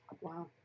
Wow